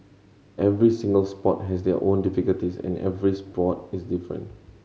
every single sport has their own difficulties and every sport is different